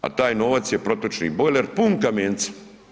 A taj novac je protočni bojler pun kamenca.